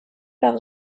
par